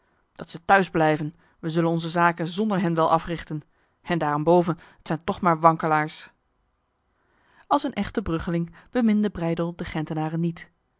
dat zij thuis blijven wij zullen onze zaken zonder hen wel africhten en daarenboven het zijn toch maar wankelaars als een echte bruggeling beminde breydel de gentenaren niet